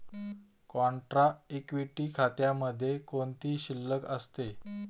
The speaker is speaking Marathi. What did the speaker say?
कॉन्ट्रा इक्विटी खात्यामध्ये कोणती शिल्लक असते?